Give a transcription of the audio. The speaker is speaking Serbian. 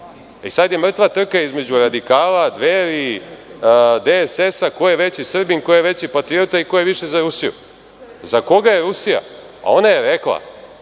i sad je mrtva trka između radikala, Dveri, DSS ko je veći Srbin, ko je veći patriota i ko je više za Rusiju.Za koga je Rusija? Pa ona je rekla.